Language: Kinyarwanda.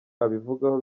abivugaho